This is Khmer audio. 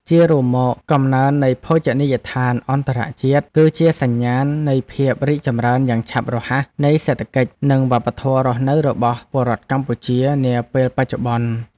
ជារួមមក កំណើននៃភោជនីយដ្ឋានអន្តរជាតិ គឺជាសញ្ញាណនៃភាពរីកចម្រើនយ៉ាងឆាប់រហ័សនៃសេដ្ឋកិច្ច និងវប្បធម៌រស់នៅរបស់ពលរដ្ឋកម្ពុជានាពេលបច្ចុប្បន្ន។